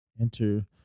Enter